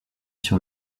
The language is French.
sur